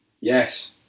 Yes